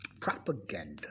propaganda